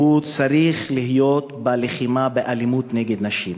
צריכים להיות בלחימה באלימות נגד נשים